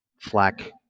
flak